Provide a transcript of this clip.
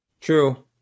True